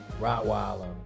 Rottweiler